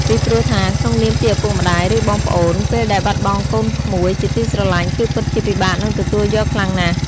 ពីព្រោះថាក្នុងនាមជាឪពុកម្តាយ ឬបងប្អូន ពេលដែលបាត់បង់កូនក្មួយ ជាទីស្រលាញ់ គឺពិតជាពិបាកនឹងទទួលយកខ្លាំងណាស់។